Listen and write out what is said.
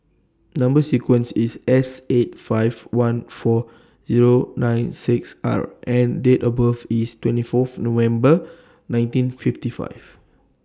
Number sequence IS S eight five one four Zero nine six R and Date of birth IS twenty four November nineteen fifty five